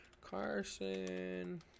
Carson